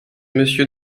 monsieur